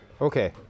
Okay